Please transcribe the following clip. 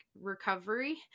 recovery